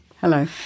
Hello